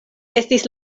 estis